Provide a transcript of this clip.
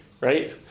right